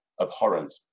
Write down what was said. abhorrent